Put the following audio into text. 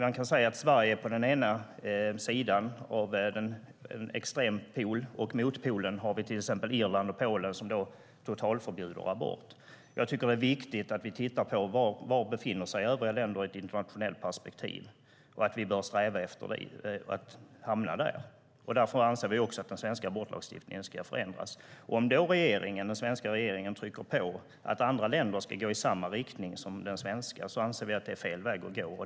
Man kan säga att Sverige är en extrem pol på den ena sidan, och motpolen är till exempel Irland och Polen som totalförbjuder abort. Jag tycker att det är viktigt att vi tittar på var övriga länder befinner sig i ett internationellt perspektiv och att vi bör sträva efter att hamna där. Därför anser vi också att den svenska abortlagstiftningen ska förändras. Om den svenska regeringen då trycker på för att andra länder ska gå i samma riktning som Sverige anser vi att det är fel väg att gå.